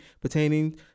pertaining